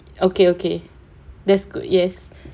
okay okay that's good yes